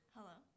Hello